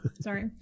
Sorry